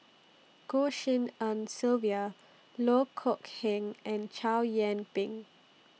Goh Tshin En Sylvia Loh Kok Heng and Chow Yian Ping